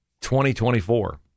2024